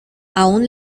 aún